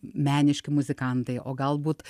meniški muzikantai o galbūt